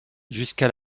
jusqu’à